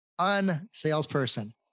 Unsalesperson